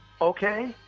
Okay